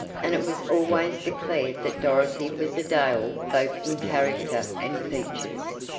and it was always declared that dorothy was a dale both in character and features.